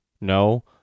No